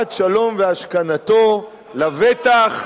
להבאת שלום והשכנתו לבטח,